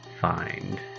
find